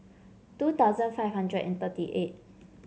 two thousand five hundred and thirty eight